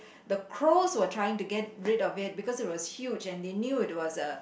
the crows were trying to get rid of it because it was huge and they knew it was a